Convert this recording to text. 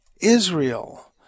Israel